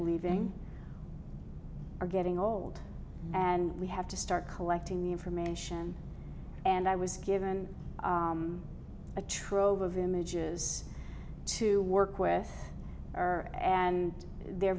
leaving are getting old and we have to start collecting the information and i was given a trove of images to work with her and they're